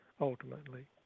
ultimately